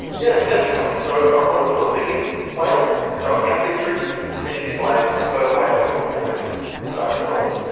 yeah definitely. so a lot of the living whales don't have these ridges, species like sperm whales or orcas don't at all,